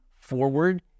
forward